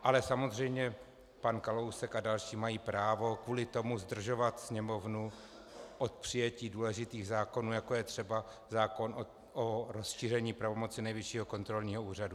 Ale samozřejmě pan Kalousek a další mají právo kvůli tomu zdržovat Sněmovnu od přijetí důležitých zákonů, jako je třeba zákon o rozšíření pravomocí Nejvyššího kontrolního úřadu.